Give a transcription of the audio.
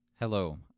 Hello